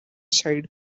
side